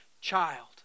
child